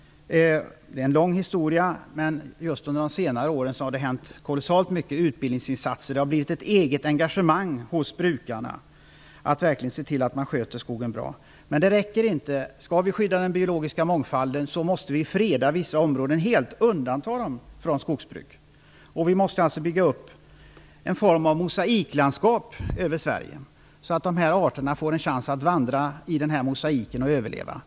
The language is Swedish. Det är en lång historia, men just under de senare åren har det hänt kolossalt mycket i form av utbildningsinsatser. Det har uppstått ett engagemang hos brukarna för att verkligen se till att man sköter skogen bra. Men det räcker inte. Skall vi skydda den biologiska mångfalden måste vi freda vissa områden helt och undanta dem från skogsbruk. Vi måste bygga upp en form av mosaiklandskap i Sverige, så att de hotade arterna får en chans att vandra i mosaiken och överleva.